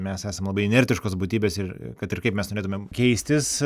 mes esam labai inertiškos būtybės ir kad ir kaip mes norėtumėm keistis